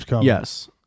Yes